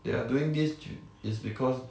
they are doing this is because